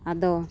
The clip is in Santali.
ᱟᱫᱚ